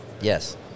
Yes